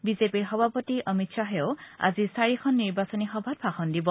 BJP সভাপতি অমিত খাহেও আজি চাৰিখন নিৰ্বাচনী সভাত ভাষণ দিব